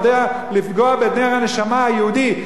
לפגוע בנר הנשמה היהודי,